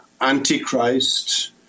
Antichrist